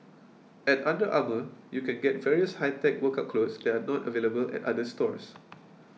at Under Armour you can get various high tech workout clothes that are not available at other stores